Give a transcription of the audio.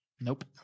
Nope